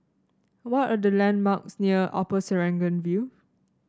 what are the landmarks near Upper Serangoon View